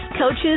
coaches